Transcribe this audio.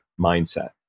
mindset